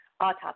autopsy